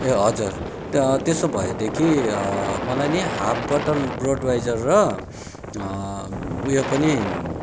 ए हजुर त्यसो भएदेखि मलाई नि हाफ बटल ब्रडवाइजर र ऊ यो पनि